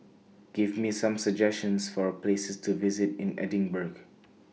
Give Me Some suggestions For Places to visit in Edinburgh